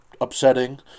upsetting